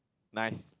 nice